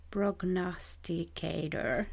Prognosticator